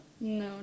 No